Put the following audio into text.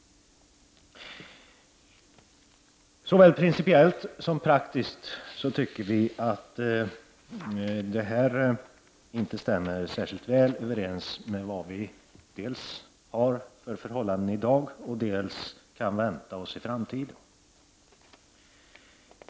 Varken principiellt eller praktiskt stämmer detta speciellt väl överens med dagens förhållanden eller med vad som kan väntas i framtiden.